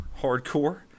hardcore